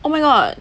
oh my god